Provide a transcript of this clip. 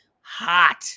hot